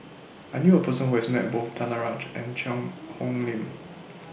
I knew A Person Who has Met Both Danaraj and Cheang Hong Lim